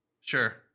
Sure